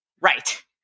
Right